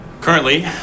Currently